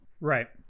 Right